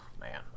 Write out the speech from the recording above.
man